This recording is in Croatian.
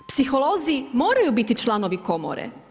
Psiholozi moraju biti članovi komore.